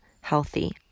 healthy